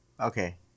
Okay